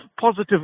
positive